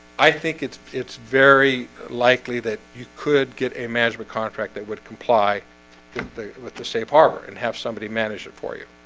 i think it's it's very likely that you could get a management contract. that would comply with the safe harbor and have somebody manage it for you.